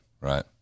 Right